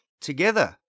together